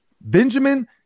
Benjamin